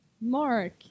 Mark